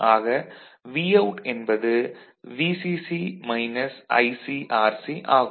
ஆக Vout என்பது VCC minus ICRC ஆகும்